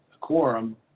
quorum